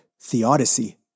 theodicy